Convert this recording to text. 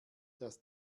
dass